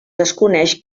desconeix